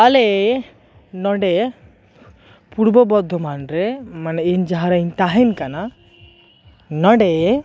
ᱟᱞᱮ ᱱᱚᱰᱮ ᱯᱩᱨᱵᱚ ᱵᱚᱨᱫᱷᱚᱢᱟᱱᱨᱮ ᱢᱟᱱᱮ ᱤᱧ ᱡᱟᱦᱟᱸ ᱨᱤᱧ ᱛᱟᱦᱮᱸᱱ ᱠᱟᱱᱟ ᱱᱚᱰᱮ